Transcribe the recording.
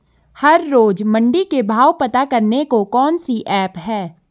हर रोज़ मंडी के भाव पता करने को कौन सी ऐप है?